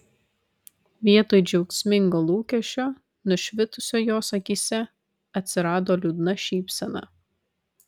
vietoj džiaugsmingo lūkesčio nušvitusio jos akyse atsirado liūdna šypsena